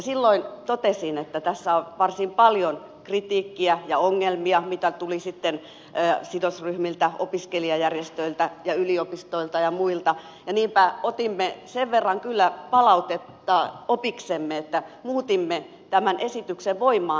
silloin totesin että tässä on varsin paljon kritiikkiä ja ongelmia mitä tuli sitten sidosryhmiltä opiskelijajärjestöiltä yliopistoilta ja muilta ja niinpä otimme sen verran kyllä palautteesta opiksemme että muutimme tämän esityksen voimaantuloa